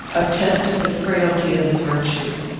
attested the frailty of his virtue.